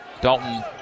Dalton